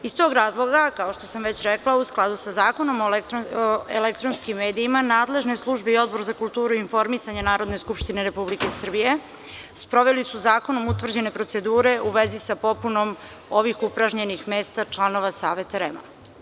Iz tog razloga, kao što sam već rekla, u skladu sa Zakonom o elektronskim medijima, nadležne službe i Odbor za kulturu i informisanje Narodne skupštine Republike Srbije sproveli su zakonom utvrđene procedure u vezi sa popunom ovih upražnjenih mesta članova Saveta REM.